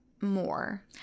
more